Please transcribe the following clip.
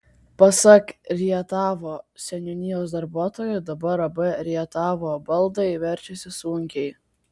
pasak rietavo seniūnijos darbuotojų dabar ab rietavo baldai verčiasi sunkiai